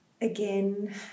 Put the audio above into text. Again